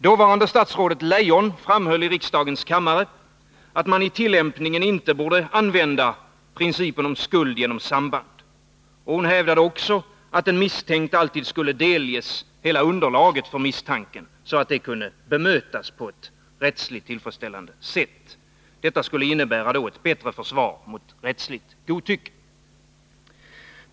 Dåvarande statsrådet Leijon framhöll i riksdagens kammare, att man i tillämpningen inte borde använda principen om skuld genom samband och hävdade också att den misstänkte alltid skulle delges hela underlaget för misstanken, så att det kunde bemötas på ett rättsligt tillfredsställande sätt. Det skulle innebära ett bättre försvar mot rättsligt godtycke.